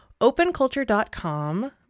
Openculture.com